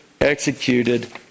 executed